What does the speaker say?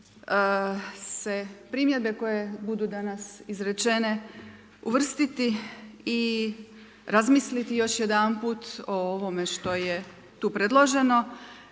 se primjedbe koje budu danas izrečene uvrstiti i razmisliti još jedanput o ovome što je tu predloženo.